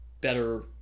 better